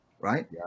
right